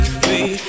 free